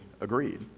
agreed